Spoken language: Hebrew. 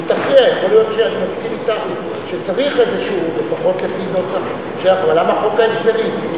אני מסכים אתך שצריך איזשהו, אבל למה חוק ההסדרים?